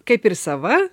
kaip ir sava